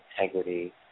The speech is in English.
integrity